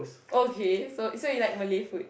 okay so so you like Malay food